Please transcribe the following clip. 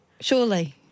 surely